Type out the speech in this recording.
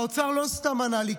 האוצר לא סתם ענה לי,